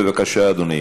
בבקשה, אדוני.